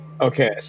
Okay